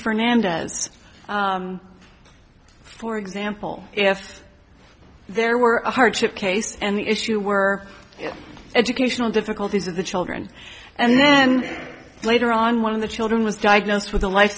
fernandez for example if there were a hardship case and the issue were educational difficulties of the children and then later on one of the children was diagnosed with a life